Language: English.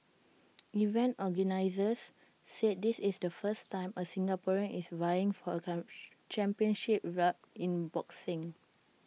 event organisers said this is the first time A Singaporean is vying for A championship belt in boxing